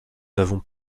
n’avons